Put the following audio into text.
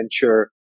venture